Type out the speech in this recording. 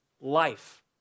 life